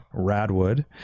Radwood